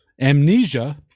Amnesia